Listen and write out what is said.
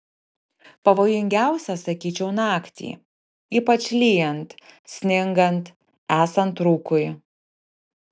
pavojingiausia sakyčiau naktį ypač lyjant sningant esant rūkui